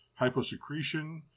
hyposecretion